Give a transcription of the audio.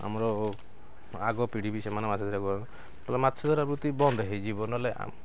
ଆମର ଆଗ ପିଢ଼ୀ ବି ସେମାନେ ମାଛ ଧରିବା ମାଛ ଧରିବା ବୃତ୍ତି ବନ୍ଦ ହେଇଯିବ ନହେଲେ